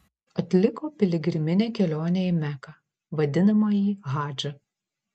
atliko piligriminę kelionę į meką vadinamąjį hadžą